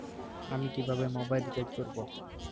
আমি কিভাবে mobile recharge করব?